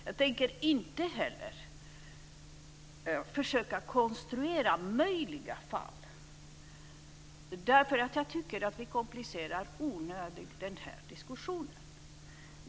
Jag tänker inte heller försöka konstruera möjliga fall, för jag tycker att vi komplicerar den här diskussionen i onödan.